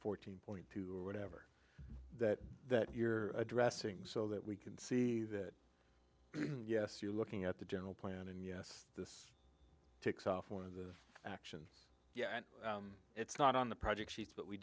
fourteen point whatever that that you're addressing so that we can see that yes you're looking at the general plan and yes this takes off one of the actions yet it's not on the project sheets but we